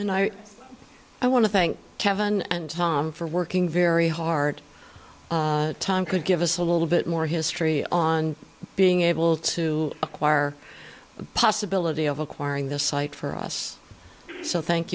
night i want to thank heaven and tom for working very hard time could give us a little bit more history on being able to acquire the possibility of acquiring the site for us so thank